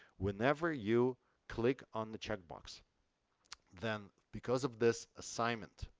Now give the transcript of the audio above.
whenever you click on the checkbox then because of this assignment,